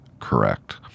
correct